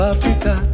Africa